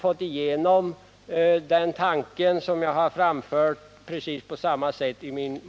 Just denna tanke har jag framfört i min motion men inte fått gehör för den.